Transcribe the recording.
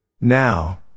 Now